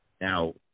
Now